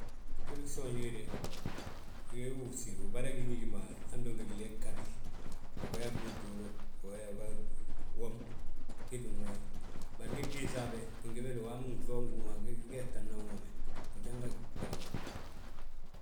Gwili gsoonji ge de, uyóyi uwúsi gi, ubare giyísi ma hando ngi glee ghabi, uga yaa uduulu, uga yaa, uga yaa gduduulu. Uyaa ma uwom gii tti wooy, bari ndi gdiisi habe, gin gébel waamu gŧoo ngi hú ma ngeta naŋ wome, ujanga wi ɓalaga.